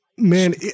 Man